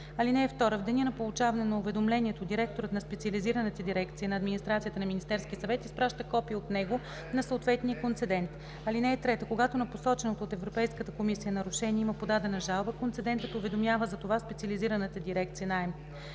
(2) В деня на получаване на уведомлението директорът на специализираната дирекция от АМС изпраща копие от него на съответния концедент. (3) Когато за посоченото от Европейската комисия нарушение има подадена жалба, концедентът уведомява за това специализираната дирекция от